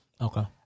Okay